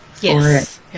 yes